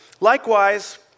Likewise